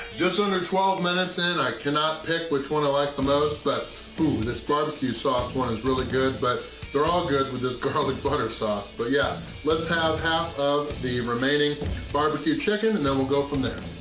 under twelve minutes in, i cannot pick which one i like the most, but ooh, this barbecue sauce one is really good, but they're all good with this garlic butter sauce. but yeah, let's have half of the remaining barbecue chicken and then, we'll go from there.